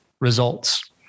results